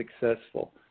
successful